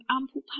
ample